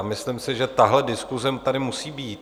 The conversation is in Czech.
Myslím si, že tahle diskuse tady musí být.